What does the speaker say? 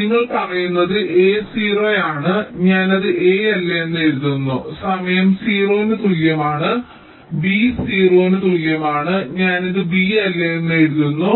നിങ്ങൾ പറയുന്നത് a 0 ആണ് ഞാൻ അത് a അല്ല എന്ന് എഴുതുന്നു സമയം 0 ന് തുല്യമാണ് b 0 ന് തുല്യമാണ് ഞാൻ ഇത് b അല്ല എന്ന് എഴുതുന്നു